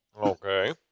Okay